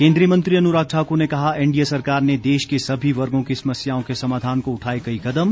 केंद्रीय मंत्री अनुराग ठाकुर ने कहा एनडीए सरकार ने देश के सभी वर्गों की समस्याओं के समाधान को उठाए कई कदम